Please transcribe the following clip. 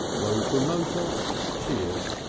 those remoter cheered.